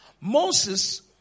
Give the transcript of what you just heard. Moses